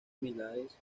millares